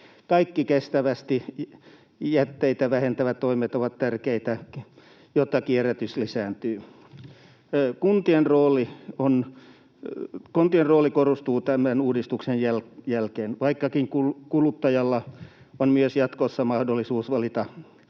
Kaikki kestävästi jätteitä vähentävät toimet ovat tärkeitä, jotta kierrätys lisääntyy. Kuntien rooli korostuu tämän uudistuksen jälkeen, vaikkakin kuluttajalla on myös jatkossa mahdollisuus valita